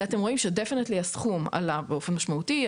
אתם רואים בהחלט שהסכום עלה באופן משמעותי,